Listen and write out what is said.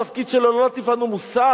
התפקיד שלו הוא לא להטיף לנו מוסר,